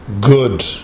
good